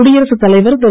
குடியரசுத் தலைவர் திரு